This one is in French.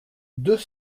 deux